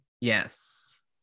yes